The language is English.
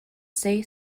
say